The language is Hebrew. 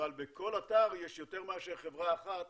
אבל בכל אתר יש יותר מאשר חברה אחת,